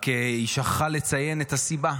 היא רק שכחה לציין את הסיבה: